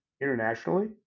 internationally